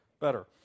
better